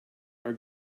are